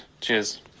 cheers